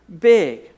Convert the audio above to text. big